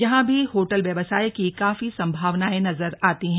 यहां भी होटल व्यवसाय की काफी संभावनाएं नजर आती हैं